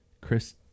chris